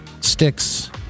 sticks